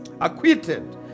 Acquitted